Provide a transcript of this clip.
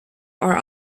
are